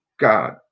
God